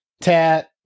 Tat